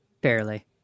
Barely